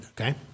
okay